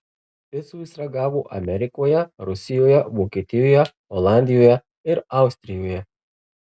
picų jis ragavo amerikoje rusijoje vokietijoje olandijoje ir austrijoje